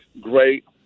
great